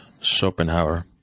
Schopenhauer